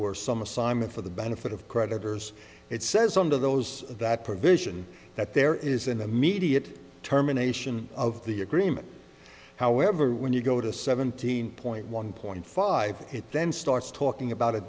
were some assignment for the benefit of creditors it says under those that provision that there is an immediate term a nation of the agreement however when you go to seventeen point one point five is then starts talking about a